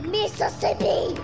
Mississippi